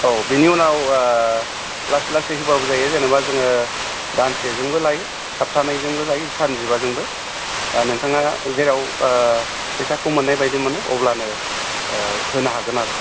औ बेनि उनाव ओह लासै लासै होबाबो जायो जेनेबा जोङो दानसेजोंबो लायो साबथानैजोंबो लायो सान जिबाजोंबो ओह नोंथाङा जेराव ओह फैसाखौ मोन्नाय बायदि मोनो अब्लानो ओह होनो हागोन आरो